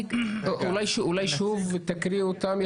אולי תקריאי אותם שוב?